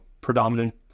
predominant